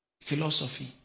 philosophy